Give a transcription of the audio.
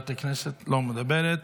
לא מדברת,